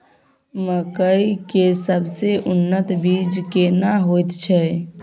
मकई के सबसे उन्नत बीज केना होयत छै?